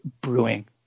brewing